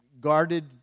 guarded